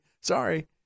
sorry